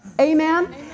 Amen